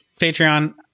Patreon